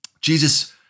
Jesus